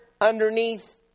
underneath